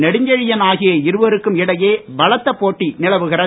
நெடுஞ்செழியன் ஆகிய இருவருக்கும் இடையே பலத்த போட்டி நிலவுகிறது